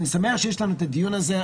אני שמח שיש לנו את הדיון הזה,